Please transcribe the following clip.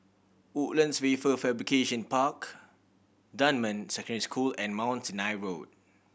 Woodlands Wafer Fabrication Park Dunman Secondary School and Mount Sinai Road